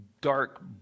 dark